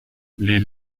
les